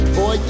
Boy